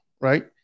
right